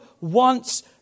wants